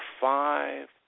five